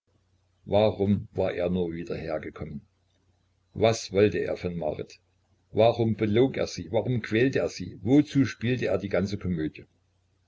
warum war er nur wieder hergekommen was wollte er von marit warum belog er sie warum quälte er sie wozu spielte er die ganze komödie